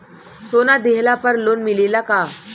सोना दिहला पर लोन मिलेला का?